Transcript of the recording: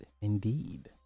indeed